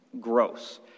gross